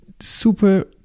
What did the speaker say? super